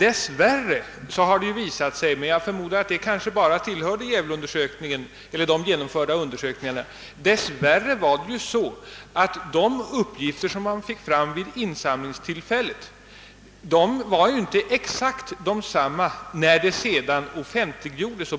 Tyvärr har det dessutom visat sig — men jag förmodar att det bara gällde Gävleunder sökningarna — att de uppgifter man fick fram vid insamlingstillfället inte var exakt desamma som sedan offentliggjordes.